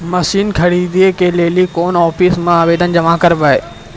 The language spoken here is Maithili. मसीन खरीदै के लेली कोन आफिसों मे आवेदन जमा करवै?